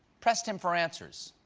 pressed him for answers.